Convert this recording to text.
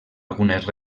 algunes